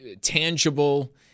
tangible